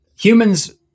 Humans